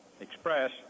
express